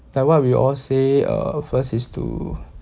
like what we all say uh first is to